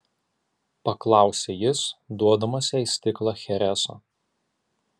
paklausė jis duodamas jai stiklą chereso